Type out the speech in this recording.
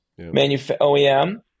OEM